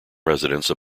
residence